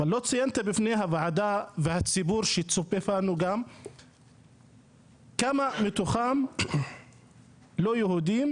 אבל לא ציינת בפני הוועדה והציבור שצופה בנו כמה מתוכם לא יהודים,